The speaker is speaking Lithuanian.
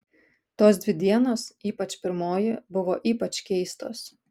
tos dvi dienos ypač pirmoji buvo ypač keistos